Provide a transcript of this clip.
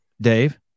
Dave